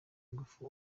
ingufu